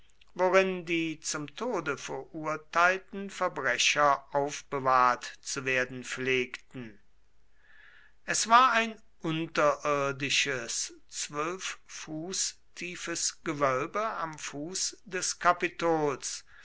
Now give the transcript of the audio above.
worin die zum tode verurteilten verbrecher aufbewahrt zu werden pflegten es war ein unterirdisches zwölf fuß tiefes gewölbe am fuß des kapitols